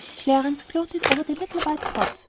clarence gloated over the little white pots,